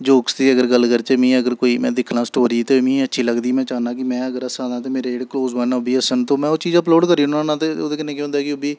jokes दी अगर गल्ल करचै में अगर कोई में दिक्खनां स्टोरी ते मी अच्छी लग्गदी में चाह्न्नां कि में अगर हस्सा नां ते मेरे जेह्ड़े क्लोज वन ऐ ओह् बी हस्सन ते में ओह् चीज अपलोड करी ओड़ना होन्नां ते ओह्दे कन्नै केह् होंदा ऐ कि ओह् बी